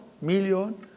million